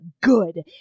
good